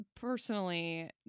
personally